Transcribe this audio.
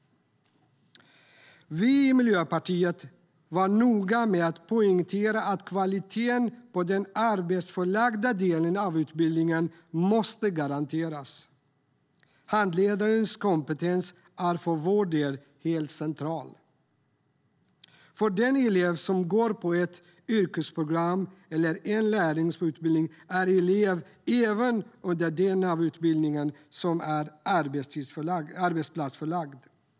Vi i Miljöpartiet var noga med att poängtera att kvaliteten på den arbetsplatsförlagda delen av utbildningen måste garanteras. Handledarens kompetens var för vår del helt central, därför att den elev som går på ett yrkesprogram eller en lärlingsutbildning är elev även under den del av utbildningen som är arbetsplatsförlagd.